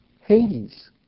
Hades